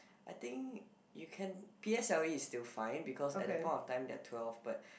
I think you can p_s_l_e is still fine because at that point of time they are still twelve but